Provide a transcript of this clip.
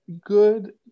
good